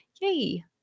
Yay